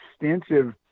extensive